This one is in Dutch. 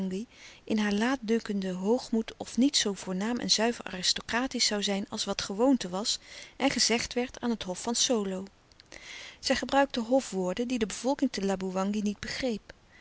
in haar laatdunkenden hoogmoed of niets zoo voornaam en zuiver aristocratisch zoû zijn als wat gewoonte was en gezegd werd aan het hof van solo zij gebruikte hofwoorden die de bevolking te laboewangi niet begreep